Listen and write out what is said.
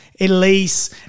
Elise